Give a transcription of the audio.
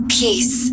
peace